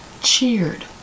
cheered